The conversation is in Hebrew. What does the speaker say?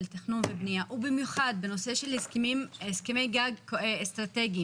תכנון ובניה ובמיוחד בנושא של הסכמי גג אסטרטגיים,